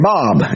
Bob